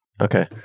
Okay